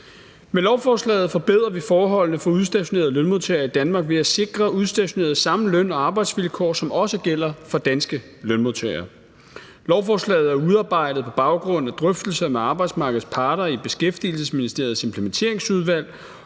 Med lovforslaget forbedrer vi forholdene for udstationerede lønmodtagere i Danmark ved at sikre udstationerede samme løn- og arbejdsvilkår, som også gælder for danske lønmodtagere. Lovforslaget er udarbejdet på baggrund af drøftelser med arbejdsmarkedets parter i Beskæftigelsesministeriets Implementeringsudvalg